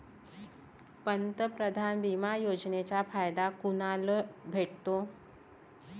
पंतप्रधान बिमा योजनेचा फायदा कुनाले भेटतो?